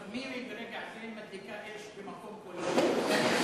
מירי ברגע זה מדליקה אש במקום כלשהו.